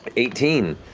ah eighteen.